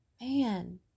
man